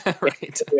Right